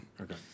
Okay